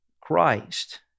Christ